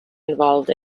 involved